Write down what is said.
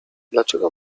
dlaczego